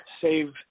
save